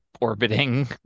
orbiting